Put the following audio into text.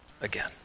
again